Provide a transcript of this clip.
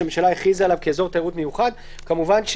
שהממשלה הכריזה עליו כאזור תיירות מיוחד,"; כמובן,